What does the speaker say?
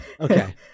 Okay